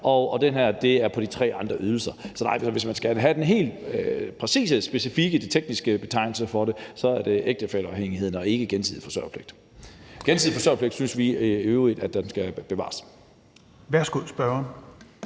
og det her handler om de tre andre ydelser. Så nej, hvis man skal have den helt præcise, specifikke, tekniske betegnelse for det, er det ægtefælleafhængighed og ikke gensidig forsørgerpligt. Den gensidige forsørgerpligt synes vi i øvrigt skal bevares.